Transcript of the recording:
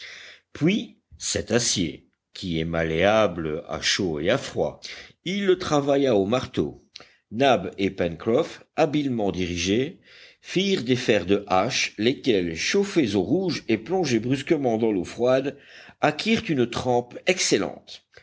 puis cet acier qui est malléable à chaud et à froid il le travailla au marteau nab et pencroff habilement dirigés firent des fers de hache lesquels chauffés au rouge et plongés brusquement dans l'eau froide acquirent une trempe excellente